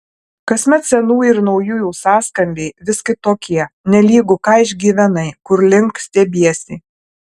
kasmet senųjų ir naujųjų sąskambiai vis kitokie nelygu ką išgyvenai kur link stiebiesi